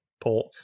pork